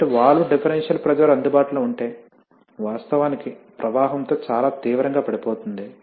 కాబట్టి valve differential pressure అందుబాటులో ఉంటే వాస్తవానికి ప్రవాహంతో చాలా తీవ్రంగా పడిపోతుంది